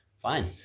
Fine